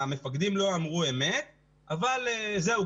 המפקדים לא אמרו אמת אבל זהו,